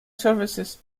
services